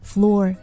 Floor